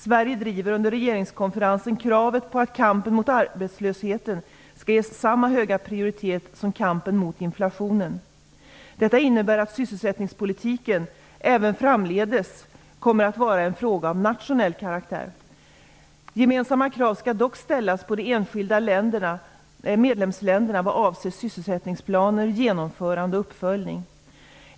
Sverige driver under regeringskonferensen kravet på att kampen mot arbetslösheten skall ges samma höga prioritet som kampen mot inflationen. Detta innebär att sysselsättningspolitiken även framdeles kommer att vara en fråga av nationell karaktär. Gemensamma krav skall dock ställas på de enskilda medlemsländerna vad avser sysselsättningsplaner, genomförande och uppföljning.